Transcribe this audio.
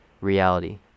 reality